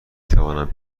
توانم